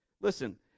Listen